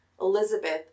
Elizabeth